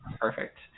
perfect